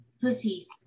pussies